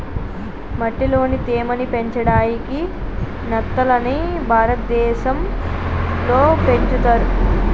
మట్టిలోని తేమ ని పెంచడాయికి నత్తలని భారతదేశం లో పెంచుతర్